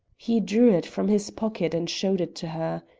he drew it from his pocket and showed it to her.